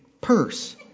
purse